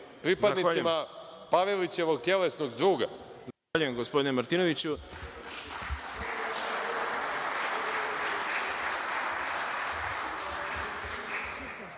pripadnicima Pavelićevog tjelesnog zdruga?